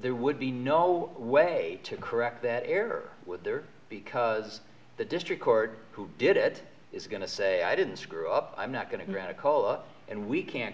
there would be no way to correct that error with there because the district court who did it is going to say i didn't screw up i'm not going to grant a call and we can't